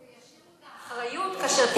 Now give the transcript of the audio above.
הם ייקחו את הסמכות וישאירו את האחריות כאשר תקרה שרפה.